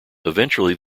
eventually